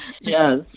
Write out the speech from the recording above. Yes